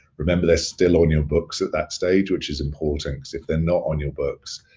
remember they're still on your books at that so age which is important. because if they're not on your books,